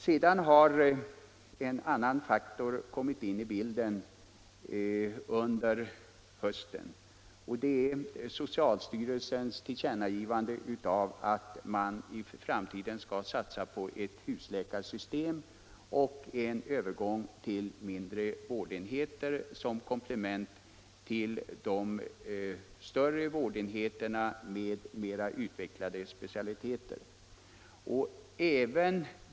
Ytterligare en faktor har kommit in i bilden under hösten, nämligen socialstyrelsens tillkännagivande att man i framtiden ämnar satsa på ett husläkarsystem och en övergång till mindre vårdenheter som komplement till de större vårdenheterna med mera utvecklade specialiteter.